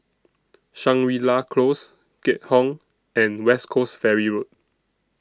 Shangri La Close Keat Hong and West Coast Ferry Road